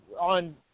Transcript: on